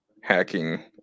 hacking